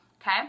Okay